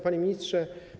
Panie Ministrze!